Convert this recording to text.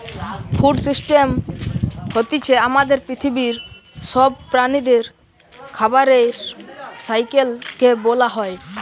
food system হতিছে আমাদের পৃথিবীর সব প্রাণীদের খাবারের সাইকেল কে বোলা হয়